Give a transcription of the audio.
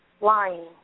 lying